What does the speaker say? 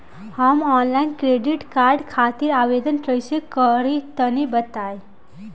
हम online credit card खातिर आवेदन कइसे करि तनि बताई?